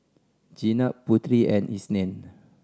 Jenab Putri and Isnin